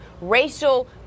racial